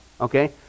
Okay